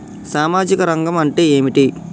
సామాజిక రంగం అంటే ఏమిటి?